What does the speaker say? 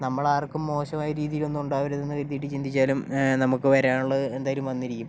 നമ്മൾ ആർക്കും മോശമായ രീതിയിൽ ഒന്നും ഉണ്ടാവരുത് എന്നുള്ള രീതിയിൽ ചിന്തിച്ചാലും നമുക്ക് വരാനുള്ളത് എന്തായാലും വന്നിരിക്കും